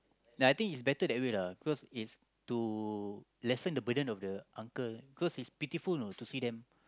ya I think it's better that way lah cause it's to lessen the burden of the uncle cause he's pitiful know to see them